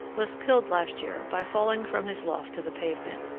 was killed last year by falling from his loft to the pavement.